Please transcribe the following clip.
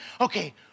Okay